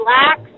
relax